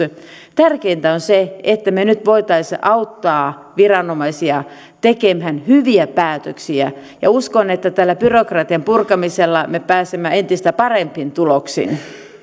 tärkeintä on se että me nyt voisimme auttaa viranomaisia tekemään hyviä päätöksiä ja uskon että tällä byrokratian purkamisella me pääsemme entistä parempiin tuloksiin